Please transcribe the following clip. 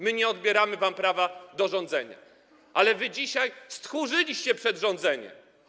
My nie odbieramy wam prawa do rządzenia, ale wy dzisiaj stchórzyliście przed rządzeniem.